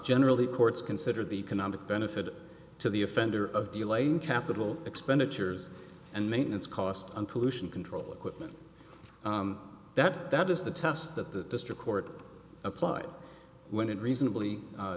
generally courts consider the economic benefit to the offender of the lane capital expenditures and maintenance cost on pollution control equipment that that is the test that the district court applied when it reasonably